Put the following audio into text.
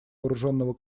вооруженного